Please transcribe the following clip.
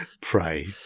pray